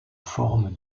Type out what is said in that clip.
forme